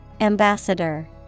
Ambassador